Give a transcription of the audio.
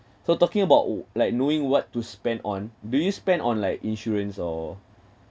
so talking about like knowing what to spend on do you spend on like insurance or